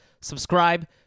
subscribe